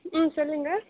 ம் சொல்லுங்கள்